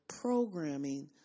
programming